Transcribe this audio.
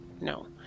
No